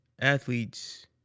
athletes